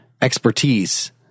expertise